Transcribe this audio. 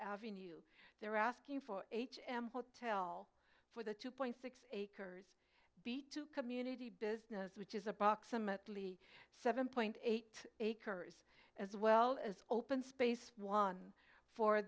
new there asking for h m hotel for the two point six acres be to community business which is approximately seven point eight acres as well as open space one for